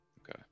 Okay